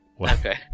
Okay